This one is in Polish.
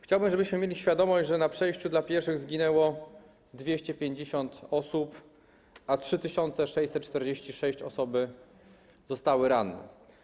Chciałbym, żebyśmy mieli świadomość, że na przejściu dla pieszych zginęło 250 osób, a 3646 osób zostało rannych.